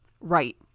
Right